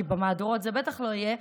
כי במהדורות זה בטח לא יהיה,